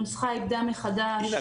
הנוסחה איבדה מחדש --- אינה,